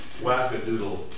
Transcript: wackadoodle